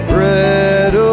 Bread